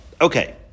Okay